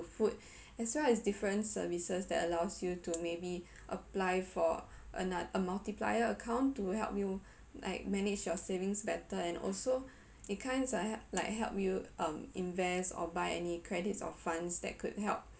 food as well as different services that allows you to maybe apply for ano~ a multiplier account to help you like manage your savings better and also it kinds like hel~ like help you um invest or buy any credits or funds that could help